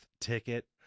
ticket